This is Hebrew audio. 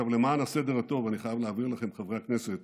למען הסדר הטוב אני חייב להבהיר לכם, חברי הכנסת,